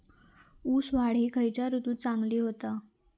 ऊस वाढ ही खयच्या ऋतूत चांगली होता?